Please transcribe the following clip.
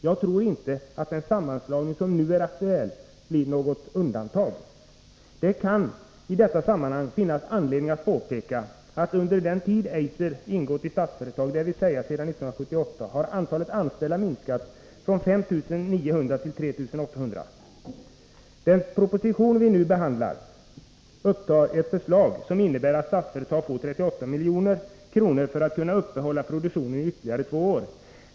Jag tror inte att den sammanslagning som nu är aktuell blir något undantag. Det kan i detta sammanhang finnas anledning att påpeka att under den tid Eiser ingått i Statsföretagsgruppen, dvs. sedan 1978, har antalet anställda minskat från 5 900 till 3 800. Den proposition vi nu behandlar upptar ett förslag som innebär att Statsföretag får 38 milj.kr. för att kunna uppehålla produktionen i ytterligare två år.